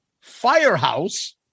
Firehouse